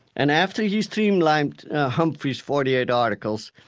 and after he streamlined humphrey's forty eight articles,